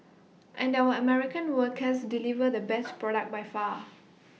and our American workers deliver the best product by far